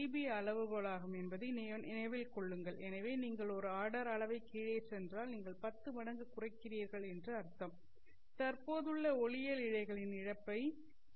B அளவுகோலாகும் என்பதை நினைவில் கொள்ளுங்கள் எனவே நீங்கள் ஒரு ஆர்டர் அளவைக் கீழே சென்றால் நீங்கள் 10 மடங்கு குறைக்கிறீர்கள் என்று அர்த்தம் தற்போதுள்ள ஒளியியல் இழைகளின் இழப்பை 0